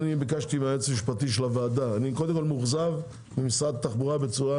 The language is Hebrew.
ביקשתי מהיועץ המשפטי של הוועדה אני קודם כל מאוכזב ממשרד התחבורה.